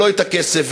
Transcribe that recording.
ולא הכסף,